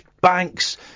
Banks